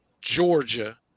Georgia